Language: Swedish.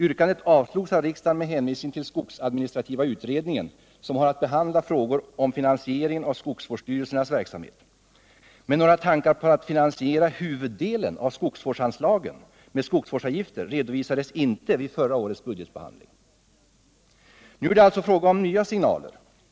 Yrkandet avslogs av riksdagen med hänvisning till skogsadministrativa utredningen, som har att behandla frågor om finansieringen av skogsvårdsstyrelsernas verksamhet. Men några tankar på att finansiera huvuddelen av skogsvårdsanslagen med skogsvårdsavgifter redovisades inte vid förra årets budgetbehandling. Nu är det alltså fråga om nya signaler.